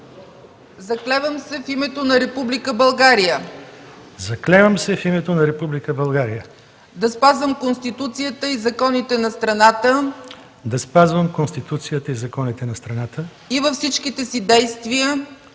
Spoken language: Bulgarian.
„Заклевам се в името на Република България да спазвам Конституцията и законите на страната и във всичките си действия